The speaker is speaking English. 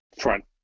front